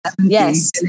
Yes